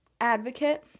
advocate